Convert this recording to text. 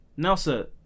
Nelsa